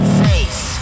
face